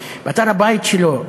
אדוני,